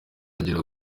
agera